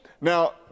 Now